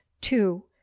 two